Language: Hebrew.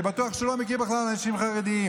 אני בטוח שהוא לא מכיר בכלל אנשים חרדים.